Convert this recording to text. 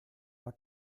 war